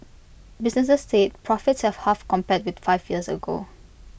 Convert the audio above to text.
businesses said profits have halved compared with five years ago